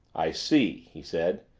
i see, he said.